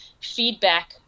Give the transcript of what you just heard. feedback